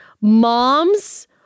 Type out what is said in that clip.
mom's